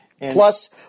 Plus